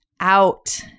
out